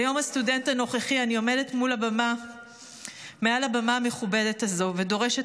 ביום הסטודנט הנוכחי אני עומדת מעל הבמה המכובדת הזו ודורשת